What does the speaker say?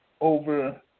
over